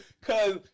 Cause